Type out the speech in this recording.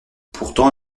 pourtant